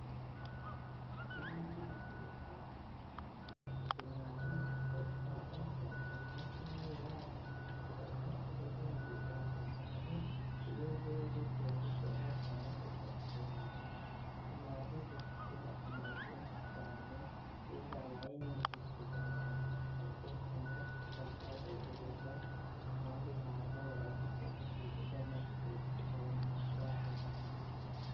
mu buhinzi bwa pinari penari n'imboa bajyaga iwacu tugira uuhinzi bwa pinari iyo zeze turarirya cyangwa tukazikoresha zifite akamaro kenshi cyane iyo zabaye' nyinshi tuzijyana mu masoko cyane papa azohereza ahandi hantu ku bigo by'amashuri tukabona amafaranga